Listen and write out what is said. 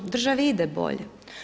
Državi ide bolje.